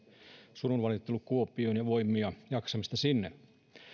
surunvalittelut kuopioon ja voimia jaksamista sinne